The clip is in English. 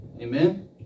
Amen